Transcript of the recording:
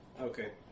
Okay